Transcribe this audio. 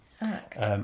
act